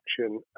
action